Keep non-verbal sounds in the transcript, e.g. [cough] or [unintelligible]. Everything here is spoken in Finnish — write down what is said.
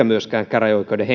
[unintelligible] myöskään käräjäoikeuden [unintelligible]